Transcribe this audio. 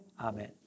Amen